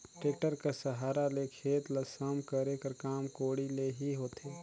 tractor कर सहारा ले खेत ल सम करे कर काम कोड़ी ले ही होथे